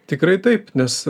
tikrai taip nes